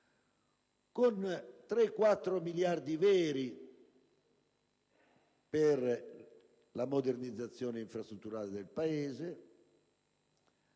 con 3-4 miliardi veri per la modernizzazione infrastrutturale del Paese,